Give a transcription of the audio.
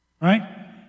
right